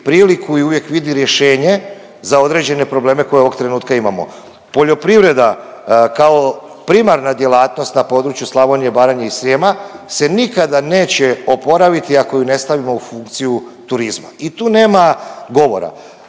priliku i uvijek vidi rješenje za određene probleme koje ovog trenutka imamo. Poljoprivreda kao primarna djelatnost na području Slavonije, Branje i Srijema se nikada neće opraviti ako ju ne stavimo u funkciju turizma i tu nema govora.